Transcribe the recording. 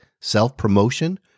self-promotion